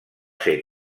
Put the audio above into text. ser